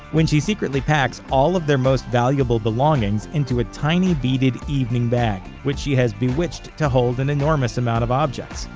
when she secretly packs all of their most valuable belongings into a tiny beaded evening bag, which she has bewitched to hold an enormous amount of objects.